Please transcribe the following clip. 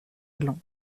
gland